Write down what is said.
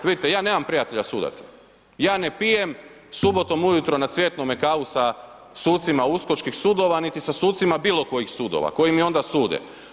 Vidite ja nemam prijatelja sudaca, ja ne pijem subotom ujutro na Cvjetnome kavu sa sucima uskočkih sudova niti sa sucima bilo kojih sudova koji mi onda sude.